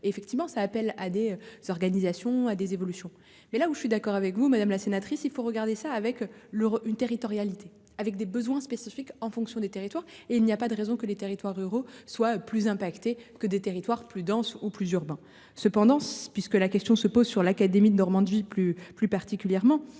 Effectivement ça appelle à des organisations à des évolutions mais là où je suis d'accord avec vous Madame la sénatrice. Il faut regarder ça avec l'une territorialité avec des besoins spécifiques en fonction des territoires et il n'y a pas de raison que les territoires ruraux soit plus impactées que des territoires plus dense où plus urbain cependant s'puisque la question se pose sur l'académie de Normandie, plus, plus particulièrement,